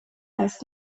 als